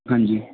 ਹਾਂਜੀ